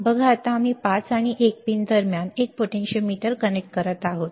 बघा आता आम्ही 5 आणि 1 पिन दरम्यान एक पोटेंशियोमीटर कनेक्ट करत आहोत